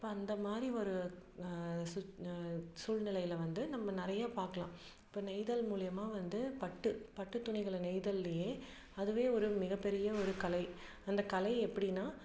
இப்போ அந்த மாதிரி ஒரு சிற்ப் சூழ்நிலையில் வந்து நம்ம நிறையா பார்க்கலாம் இப்போ நெய்தல் மூலயமா வந்து பட்டு பட்டு துணிகளை நெய்தல்லேயே அதுவே ஒரு மிகப் பெரிய ஒரு கலை அந்த கலை எப்படினா